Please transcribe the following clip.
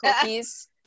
cookies